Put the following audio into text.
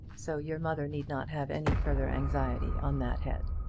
so your mother need not have any further anxiety on that head.